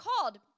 called